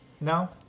No